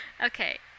okay